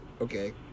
okay